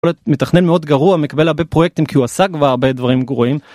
מתכנן מאוד גרוע מקבל הרבה פרויקטים כי הוא עשה כבר הרבה דברים גרועים.